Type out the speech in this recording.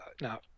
Now